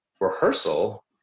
rehearsal